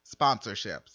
sponsorships